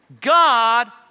God